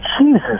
Jesus